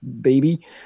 baby